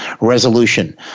resolution